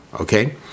Okay